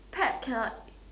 pet cannot